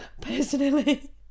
personally